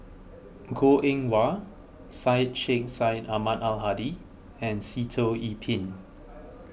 Goh Eng Wah Syed Sheikh Syed Ahmad Al Hadi and Sitoh Yih Pin